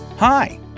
Hi